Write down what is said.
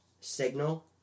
Signal